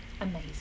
amazing